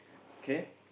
okay